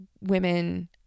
Women